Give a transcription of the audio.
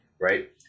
right